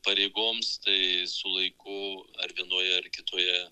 pareigoms tai su laiku ar vienoje ar kitoje